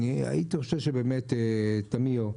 אני מבקש בסך הכל היות ובאמת את המינימום,